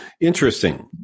Interesting